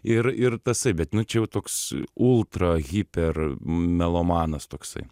ir ir tasai bet nu čia jau toks ultra hiper melomanas toksai